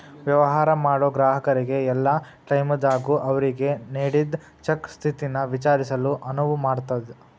ವ್ಯವಹಾರ ಮಾಡೋ ಗ್ರಾಹಕರಿಗೆ ಯಲ್ಲಾ ಟೈಮದಾಗೂ ಅವ್ರಿಗೆ ನೇಡಿದ್ ಚೆಕ್ ಸ್ಥಿತಿನ ವಿಚಾರಿಸಲು ಅನುವು ಮಾಡ್ತದ್